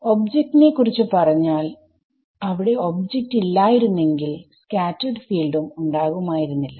object നെ കുറിച്ച് പറഞ്ഞാൽ അവിടെ ഒബ്ജക്റ്റ് ഇല്ലായിരുന്നെങ്കിൽ സ്കാറ്റെർഡ് ഫീൽഡും ഉണ്ടാകുമായിരുന്നില്ല